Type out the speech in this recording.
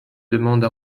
demande